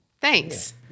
Thanks